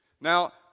Now